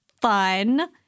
Fun